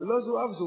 אבל לא זו אף זו.